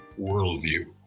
worldview